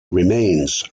remains